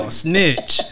snitch